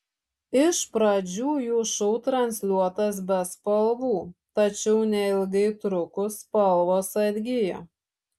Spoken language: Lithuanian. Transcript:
iš pradžių jų šou transliuotas be spalvų tačiau neilgai trukus spalvos atgijo